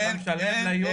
אתה משלם ל-Union.